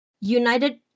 United